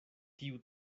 tiu